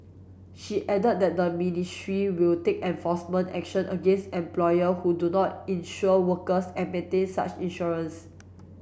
she added that the ministry will take enforcement action against employer who do not insure workers and maintain such insurance